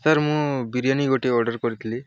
sir ମୁଁ ବିରିୟାନୀ ଗୋଟେ order କରିଥିଲି